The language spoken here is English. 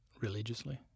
religiously